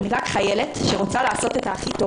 אני רק חיילת שרוצה לעשות את הכי טוב